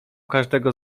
każdego